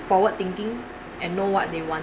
forward thinking and know what they want